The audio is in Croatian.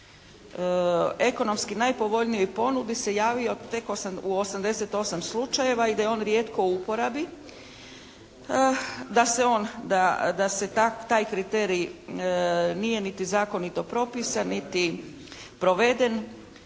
ekonomski najpovoljnijoj ponudi se javio u 88 slučajeva i da je on rijetko u uporabi. Da se on, da se taj kriterij nije niti zakonito propisan niti proveden